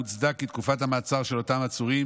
מוצדק כי תקופת המעצר של אותם עצורים